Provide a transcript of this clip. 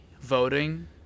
voting